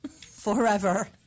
Forever